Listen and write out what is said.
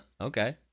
Okay